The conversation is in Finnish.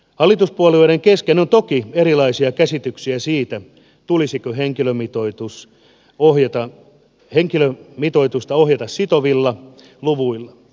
hallituspuolueiden kesken oli toki erilaisia käsityksiä siitä tulisiko henkilömitoitusta ohjata sitovilla luvuilla